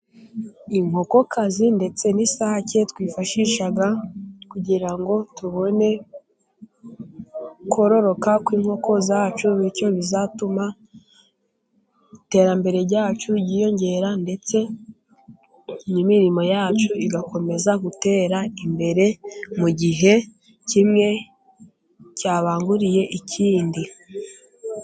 Inkokokazi ndetse n'isake twifashisha kugira ngo tubone kororoka kw'inkoko zacu bityo bizatuma iterambere ryacu ryiyongera ndetse n'imirimo yacu igakomeza gutera imbere mu gihe kimwe cyabanguriye ikindi.